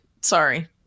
sorry